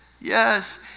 Yes